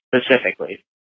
specifically